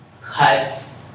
cuts